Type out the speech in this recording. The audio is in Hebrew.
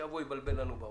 שיבוא ויבלבל לנו במוח,